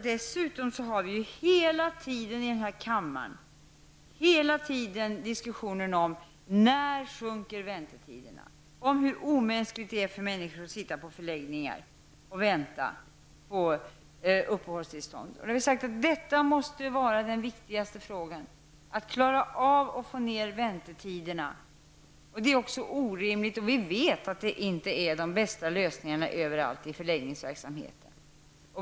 Dessutom har vi ju hela tiden i den här kammaren diskussionen om när väntetiderna sjunker, om hur omänskligt det är för människor att sitta på förläggningar och vänta på uppehållstillstånd. Vi har sagt att den viktigaste frågan måste vara att få ned väntetiderna. Vi vet också att lösningarna inom förläggningsverksamheten inte överallt är de bästa.